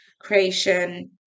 creation